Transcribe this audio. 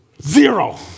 Zero